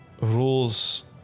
rules